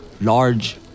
large